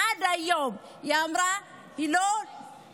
עד היום היא אמרה שהיא לא הרגישה,